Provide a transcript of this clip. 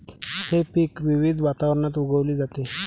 हे पीक विविध वातावरणात उगवली जाते